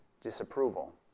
disapproval